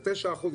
או תשעה אחוזים,